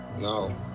No